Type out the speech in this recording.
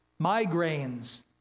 migraines